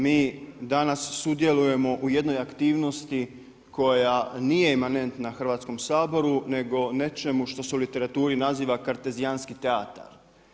Mi danas sudjelujemo u jednoj aktivnosti koja nije emanentna Hrvatskom saboru nego nečemu što se u literaturi naziva Kartezijanski teatar.